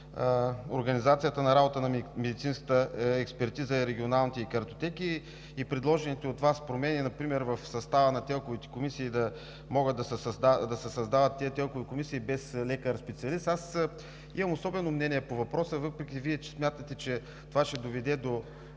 организацията на работа на медицинската експертиза и регионалните ѝ картотеки. По предложените от Вас промени например ТЕЛК-овите комисии да могат да се създават без лекар специалист, имам особено мнение по въпроса, въпреки че Вие смятате, че това ще доведе до